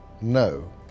no